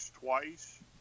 twice